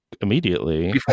immediately